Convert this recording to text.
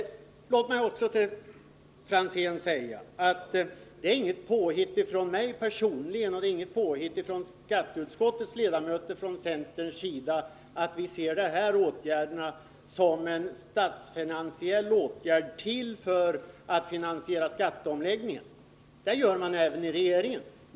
Låt mig till Tommy Franzén också säga att det inte är något påhitt av mig eller av skatteutskottets centerledamöter att det framlagda förslaget skall ses som en statsfinansiell åtgärd avsedd att finansiera skatteomläggningen. Det gör man även i regeringen.